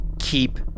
keep